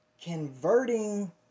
converting